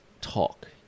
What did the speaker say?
talk